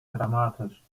dramatisch